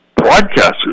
broadcasters